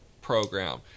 program